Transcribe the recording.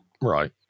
right